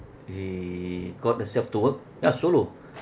she got herself to work ya solo